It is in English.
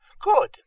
Good